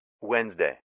Wednesday